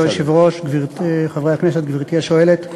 אדוני היושב-ראש, חברי הכנסת, גברתי השואלת,